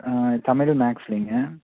Tamil மேக்ஸ்லிங்க